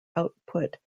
output